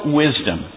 wisdom